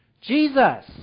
Jesus